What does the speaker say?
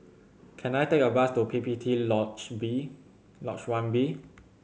can I take a bus to P P T Lodge B Lodge One B